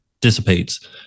dissipates